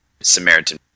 Samaritan